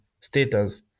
status